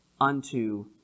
unto